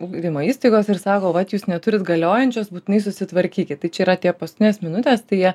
ugdymo įstaigos ir sako vat jūs neturit galiojančios būtinai susitvarkykit tai čia yra tie paskutines minutes tai jie